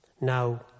Now